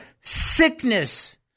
sickness